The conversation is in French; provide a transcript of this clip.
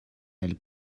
elle